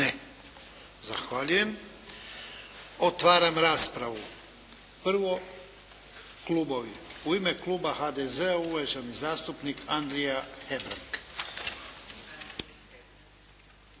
Ne. Zahvaljujem. Otvaram raspravu. Prvo klubovi. U ime kluba HDZ-a uvaženi zastupnik Andrija Hebrang.